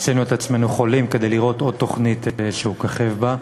עשינו את עצמנו חולים כדי לראות עוד תוכנית שהוא מככב בה.